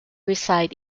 reside